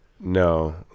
no